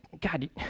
God